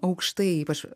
aukštai ypač